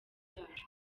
yacu